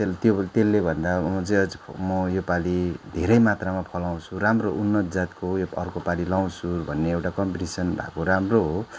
त्यसले भन्दा म अझै म योपालि धेरै मात्रमा फलाउँछु राम्रो उन्नत जातको अर्कोपालि लगाउँछु भन्ने एउटा कम्पिटिसन भएको राम्रो हो